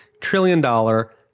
trillion-dollar